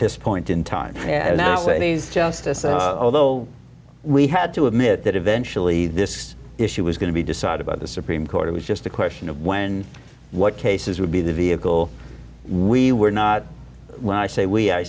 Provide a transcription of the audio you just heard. this point in time and that's a day's justice although we had to admit that eventually this issue was going to be decided by the supreme court it was just a question of when what cases would be the vehicle we were not what i say we i